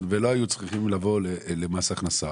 ולא היו צריכים לבוא למס הכנסה.